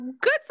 Good